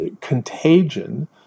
contagion